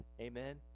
amen